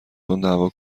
تنددعوا